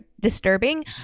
disturbing